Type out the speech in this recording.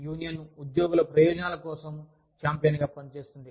union ఉద్యోగుల ప్రయోజనాల కోసం ఛాంపియన్గా పనిచేస్తుంది